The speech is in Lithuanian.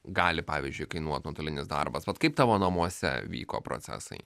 gali pavyzdžiui kainuot nuotolinis darbas vat kaip tavo namuose vyko procesai